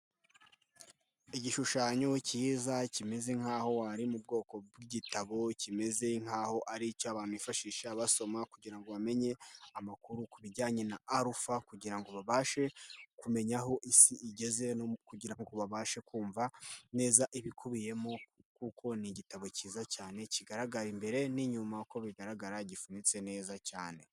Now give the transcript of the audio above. Igishushanyo kiza kimeze nkaho ari mu bwoko bw'igitabo kimeze nkaho ari icy'abantu bifashisha basoma kugira ngo bamenye amakuru ku bijyanye na alpha, kugira ngo babashe kumenya aho isi igeze, no kugira ngo babashe kumva neza ibikubiyemo kuko ni igitabo cyiza cyane kigaragara imbere n'inyuma. Uko bigaragara gifunitse neza cyane.